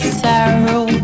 sorrow